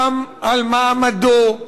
קם על מעמדו,